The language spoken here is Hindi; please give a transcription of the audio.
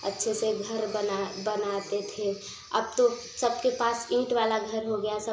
अच्छे से घर बना बनाते थे अब तो सबके पास ईंट वाला घर हो गया है सब